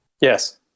Yes